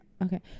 Okay